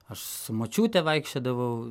aš su močiute vaikščiodavau